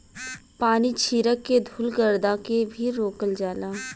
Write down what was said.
पानी छीरक के धुल गरदा के भी रोकल जाला